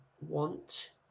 want